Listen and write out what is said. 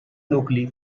nucli